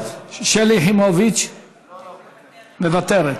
שלי יחימוביץ, מוותרת,